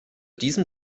diesem